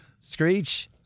Screech